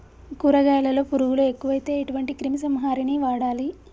కూరగాయలలో పురుగులు ఎక్కువైతే ఎటువంటి క్రిమి సంహారిణి వాడాలి?